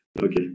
Okay